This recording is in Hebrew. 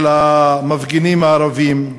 של המפגינים הערבים,